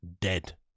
dead